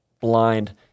blind